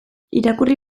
irakurri